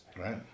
Right